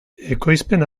ekoizpen